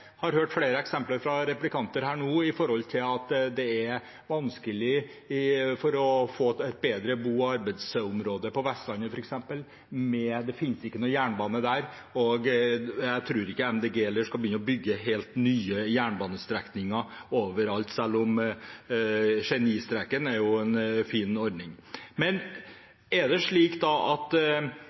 har hørt flere eksempler fra replikanter nå på at det er vanskelig å få et bedre bo- og arbeidsområde på f.eks. Vestlandet. Det finnes ikke noen jernbane der, og jeg tror heller ikke Miljøpartiet De Grønne skal begynne å bygge helt nye jernbanestrekninger overalt, selv om Genistreken er en fin ordning. Er det da slik at